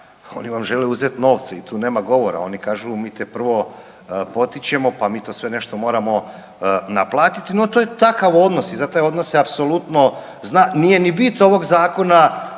oni vam žele uzet novce i tu nema govora, oni kažu mi te prvo potičemo, pa mi to sve nešto moramo naplatit. No to je takav odnos i za te odnose apsolutno zna, nije ni bit ovog zakona